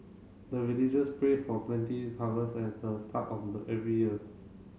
the villagers pray for plenty harvest at the start of the every year